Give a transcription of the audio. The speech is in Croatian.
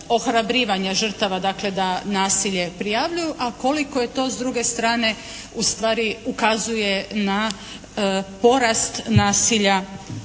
ohrabrivanja žrtava, dakle da nasilje prijavljuju, a koliko je to s druge strane ustvari ukazuje na porast nasilja